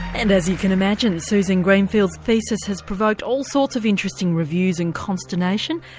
and as you can imagine, susan greenfield's thesis has provoked all sorts of interesting reviews and consternation,